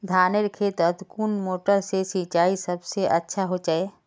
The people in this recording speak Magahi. धानेर खेतोत कुन मोटर से सिंचाई सबसे अच्छा होचए?